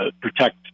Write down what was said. protect